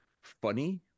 funny